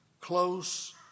close